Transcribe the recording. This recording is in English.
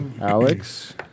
Alex